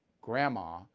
grandma